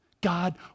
God